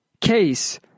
case